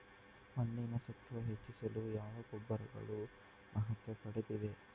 ಮಣ್ಣಿನ ಸತ್ವ ಹೆಚ್ಚಿಸಲು ಯಾವ ಗೊಬ್ಬರಗಳು ಮಹತ್ವ ಪಡೆದಿವೆ?